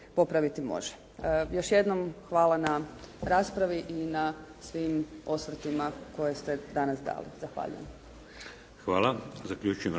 popraviti može. Još jednom hvala na raspravi i na svim osvrtima koje ste danas dali. Zahvaljujem.